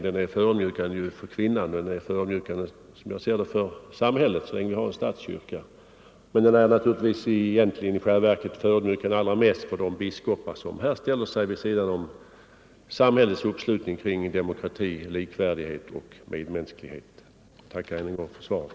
Den är förödmjukande för kvinnan, den är, som jag ser det, förödmjukande också för samhället så länge vi har en statskyrka. Men i själva verket är den allra mest förödmjukande för de biskopar som här ställer sig vid sidan av samhällets uppslutning kring demokrati, likvärdighet och medmänsklighet. Jag tackar än en gång för svaret.